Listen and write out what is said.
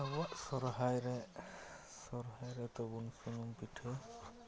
ᱟᱵᱚᱣᱟᱜ ᱥᱚᱦᱚᱨᱟᱭᱨᱮ ᱥᱚᱦᱚᱨᱟᱭ ᱨᱮᱫᱚᱵᱚᱱ ᱥᱩᱱᱩᱢ ᱯᱤᱴᱷᱟᱹᱭᱟ